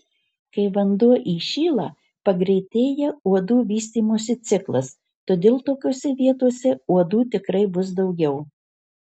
kai vanduo įšyla pagreitėja uodų vystymosi ciklas todėl tokiose vietose uodų tikrai bus daugiau